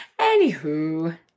Anywho